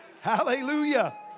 Hallelujah